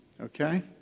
Okay